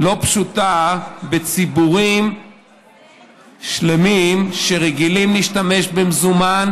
לא פשוטה בציבורים שלמים שרגילים להשתמש במזומן